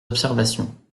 observations